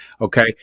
Okay